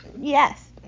Yes